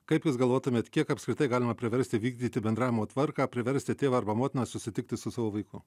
kaip jūs galvotumėt kiek apskritai galima priversti vykdyti bendravimo tvarką priversti tėvą arba motiną susitikti su savo vaiku